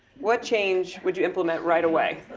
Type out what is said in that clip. what change would you implement right away?